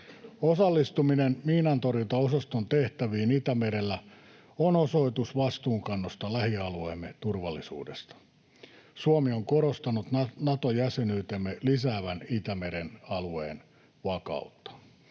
Osallistuminen miinantorjuntaosaston tehtäviin Itämerellä on osoitus vastuunkannosta lähialueemme turvallisuudesta. Suomi on korostanut Nato-jäsenyytemme lisäävän Itämeren alueen vakautta.